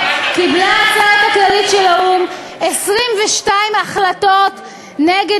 קיבלה העצרת הכללית של האו"ם 22 החלטות נגד